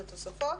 בתוספות,